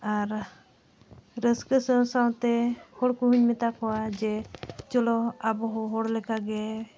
ᱟᱨ ᱨᱟᱹᱥᱠᱟᱹ ᱥᱟᱶᱼᱥᱟᱶᱛᱮ ᱦᱚᱲ ᱠᱚᱦᱚᱧ ᱢᱮᱛᱟ ᱠᱚᱣᱟ ᱡᱮ ᱪᱚᱞᱚ ᱟᱵᱚᱦᱚᱸ ᱦᱚᱲ ᱞᱮᱠᱟᱜᱮ